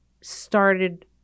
started